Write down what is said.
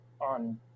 on